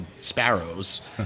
sparrows